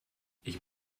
ich